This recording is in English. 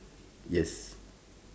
yes